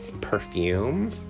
perfume